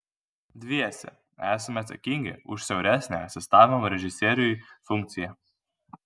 dviese esame atsakingi už siauresnę asistavimo režisieriui funkciją